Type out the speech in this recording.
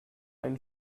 einen